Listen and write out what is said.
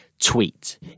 tweet